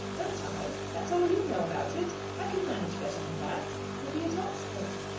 won't i? that's all you know about it. i can manage better than that. you'll be at oxford.